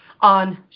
on